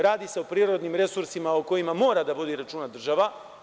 Radi se o prirodnim resursima o kojima mora da vodi računa država.